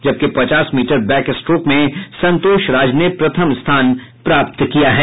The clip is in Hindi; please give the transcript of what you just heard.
जबकि पचास मीटर बैक स्ट्रोक में संतोष राज ने प्रथम स्थान प्राप्त किया है